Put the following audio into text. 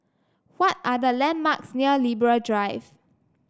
what are the landmarks near Libra Drive